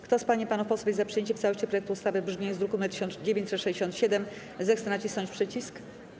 Kto z pań i panów posłów jest za przyjęciem w całości projektu ustawy w brzmieniu z druku nr 1967, zechce nacisnąć przycisk.